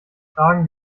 fragen